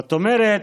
זאת אומרת,